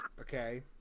okay